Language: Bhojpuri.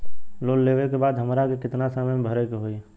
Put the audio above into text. लोन लेवे के बाद हमरा के कितना समय मे भरे के होई?